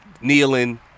kneeling